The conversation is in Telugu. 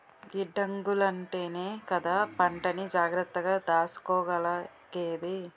గిడ్డంగులుంటేనే కదా పంటని జాగ్రత్తగా దాసుకోగలిగేది?